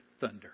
thunder